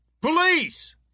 Police